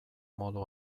modu